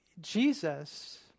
Jesus